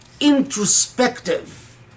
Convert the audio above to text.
introspective